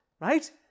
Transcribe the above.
right